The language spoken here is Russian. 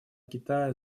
китая